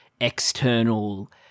external